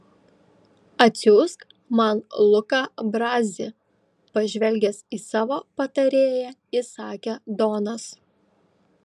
atsiųsk man luką brazį pažvelgęs į savo patarėją įsakė donas